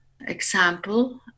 example